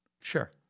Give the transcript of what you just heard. Sure